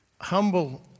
humble